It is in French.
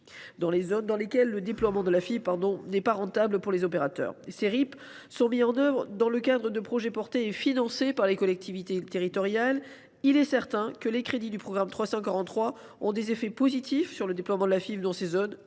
dans des zones où le déploiement de la fibre n’est pas rentable pour les opérateurs. Ces RIP sont mis en œuvre dans le cadre de projets portés et financés par les collectivités territoriales. Il est certain que les crédits du programme 343 ont des effets positifs sur le déploiement de la fibre dans ces zones.